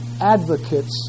advocates